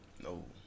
No